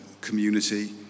community